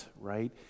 right